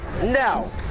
now